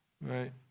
right